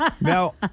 Now